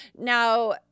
Now